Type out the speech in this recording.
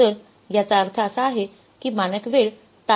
तर याचा अर्थ असा आहे की मानक वेळ तासांमध्ये आहे